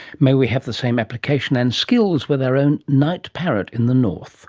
may we have the same application and skills with our own night parrot in the north